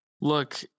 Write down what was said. Look